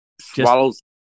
swallows